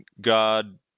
god